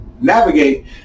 navigate